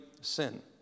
sin